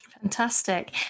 Fantastic